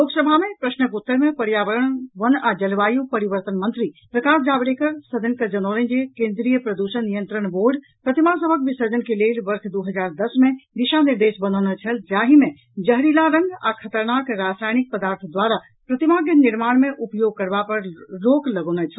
लोकसभा मे प्रश्नक उत्तर में पर्यावरण वन आ जलवायु परिवर्तन मंत्री प्रकाश जावडेकर सदन के जनौलनि जे केन्द्रीय प्रदूषण नियंत्रण बोर्ड प्रतिमा सभक विसर्जन के लेल वर्ष दू हजार दस मे दिशा निर्देश बनौने छल जाहि मे जहरीला रंग आ खतरनाक रासायनिक पदार्थ द्वारा प्रतिमा के निर्माण मे उपयोग करबा पर रोक लगौलने छल